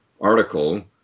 article